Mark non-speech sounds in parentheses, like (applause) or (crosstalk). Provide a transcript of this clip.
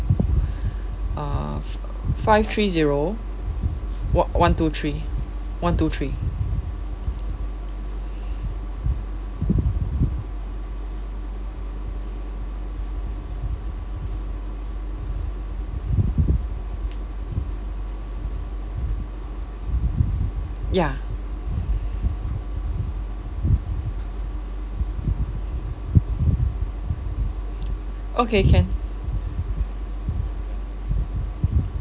uh f~ five three zero o~ one two three one two three (breath) ya okay can